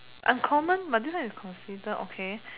uncommon but this one is considered okay